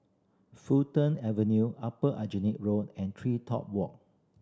Fulton Avenue Upper Aljunied Road and TreeTop Walk